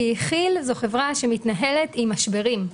כי כי"ל היא חברה שמתנהלת עם משברים,